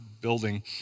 building